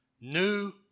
New